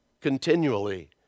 continually